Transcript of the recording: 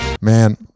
Man